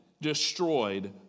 destroyed